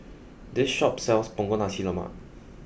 this shop sells Punggol Nasi Lemak